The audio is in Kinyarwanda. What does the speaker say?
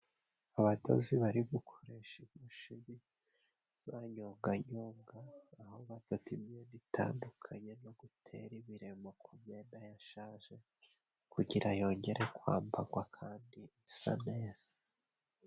Abadozi bari gukoresha imashini zanyonganyonga aho batati imyenda itandukanye no gutera ibiremo kumyenda yashaje kugira yongere kwambagwa kandi isa neza.